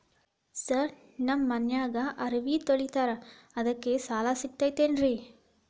Sir ನಮ್ಮ ಮನ್ಯಾಗ ಅರಬಿ ತೊಳಿತಾರ ಅದಕ್ಕೆ ಸಾಲ ಸಿಗತೈತ ರಿ?